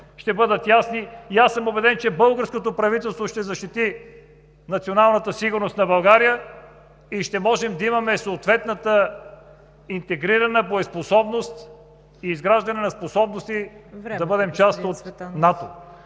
ще бъдат ясни. Убеден съм, че българското правителство ще защити националната сигурност на България и ще можем да имаме съответната интегрирана боеспособност и изграждане на способности… ПРЕДСЕДАТЕЛ